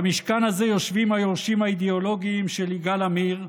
במשכן הזה יושבים היורשים האידיאולוגיים של יגאל עמיר,